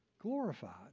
glorified